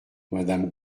madame